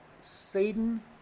Satan